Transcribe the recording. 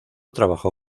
trabajó